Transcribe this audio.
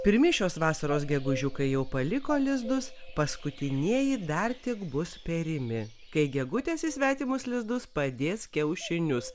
pirmi šios vasaros gegužiukai jau paliko lizdus paskutinieji dar tik bus perimi kai gegutės į svetimus lizdus padės kiaušinius